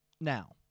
now